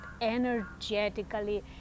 energetically